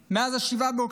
מאז 7 באוקטובר,